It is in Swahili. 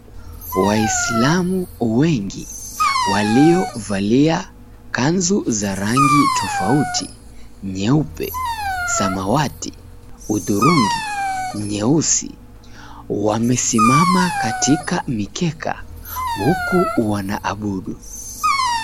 Waislamu wengi, waliovalia kanzu za rangi tofauti nyeupe, samawati, hudhurungi, nyeusi wamesimama katika mikeka, huku wanaabudu.